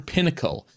Pinnacle